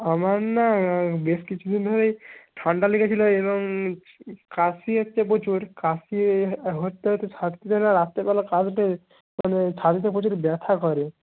আমার না বেশ কিছু দিন ধরেই ঠান্ডা লেগেছিল এবং কাশি হচ্ছে প্রচুর কাশি হতে হতে না রাত্রিবেলা কাশলে মানে ছাতিতে প্রচুর ব্যথা করে